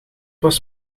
was